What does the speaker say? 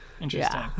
Interesting